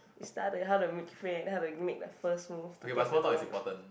you start to how to make friend how to make the first move to get to know the